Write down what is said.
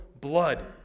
blood